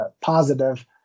positive